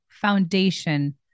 foundation